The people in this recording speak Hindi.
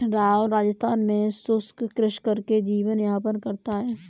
राहुल राजस्थान में शुष्क कृषि करके जीवन यापन करता है